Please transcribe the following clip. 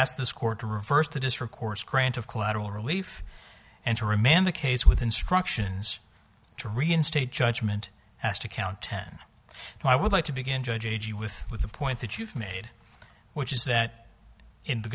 ask this court to reverse the district court's grant of collateral relief and to remand the case with instructions to reinstate judgment as to count ten and i would like to begin judge agee with with the point that you've made which is that in the